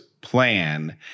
plan